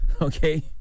Okay